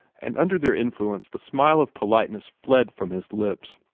and under their influence the smile of politeness fled from his lips.